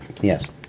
Yes